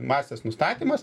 masės nustatymas